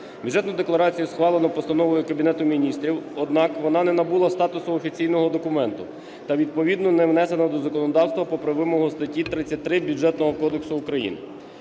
Бюджетну декларацію схвалено постановою Кабінету Міністрів, однак вона не набула статусу офіційного документа та відповідно не внесена до законодавства попри вимогу статті 33 Бюджетного кодексу України.